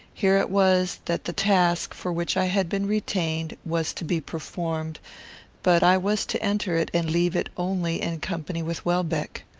here it was that the task, for which i had been retained, was to be performed but i was to enter it and leave it only in company with welbeck.